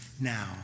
now